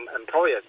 employers